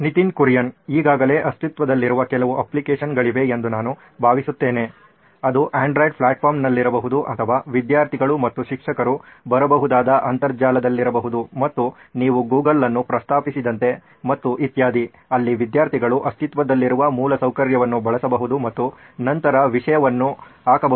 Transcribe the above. ನಿತಿನ್ ಕುರಿಯನ್ ಈಗಾಗಲೇ ಅಸ್ತಿತ್ವದಲ್ಲಿರುವ ಕೆಲವು ಅಪ್ಲಿಕೇಶನ್ಗಳಿವೆ ಎಂದು ನಾನು ಭಾವಿಸುತ್ತೇನೆ ಅದು ಆಂಡ್ರಾಯ್ಡ್ ಪ್ಲಾಟ್ಫಾರ್ಮ್ನಲ್ಲಿರಬಹುದು ಅಥವಾ ವಿದ್ಯಾರ್ಥಿಗಳು ಮತ್ತು ಶಿಕ್ಷಕರು ಬರಬಹುದಾದ ಅಂತರ್ಜಾಲದಲ್ಲಿರಬಹುದು ಮತ್ತು ನೀವು ಗೂಗಲ್ ಅನ್ನು ಪ್ರಸ್ತಾಪಿಸಿದಂತೆ ಮತ್ತು ಇತ್ಯಾದಿ ಅಲ್ಲಿ ವಿದ್ಯಾರ್ಥಿಗಳು ಅಸ್ತಿತ್ವದಲ್ಲಿರುವ ಮೂಲಸೌಕರ್ಯವನ್ನು ಬಳಸಬಹುದು ಮತ್ತು ನಂತರ ವಿಷಯವನ್ನು ಹಾಕಬಹುದು